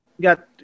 got